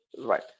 Right